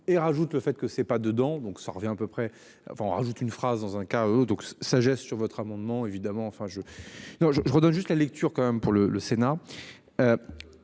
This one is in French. et rajoute le fait que ce n'est pas dedans donc ça revient à peu près avant ajoute une phrase dans un cas eux donc. Sagesse sur votre amendement évidemment enfin je non je je redonne juste la lecture quand même pour le, le Sénat.